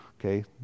okay